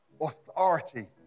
authority